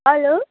hello